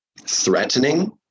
threatening